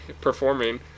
performing